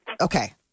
Okay